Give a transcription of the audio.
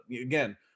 again